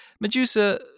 Medusa